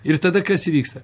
ir tada kas įvyksta